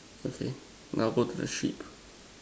I see now go to the sheep